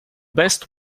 best